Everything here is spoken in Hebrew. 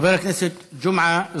חבר הכנסת ג'מעה אזברגה,